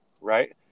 right